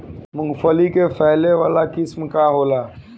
मूँगफली के फैले वाला किस्म का होला?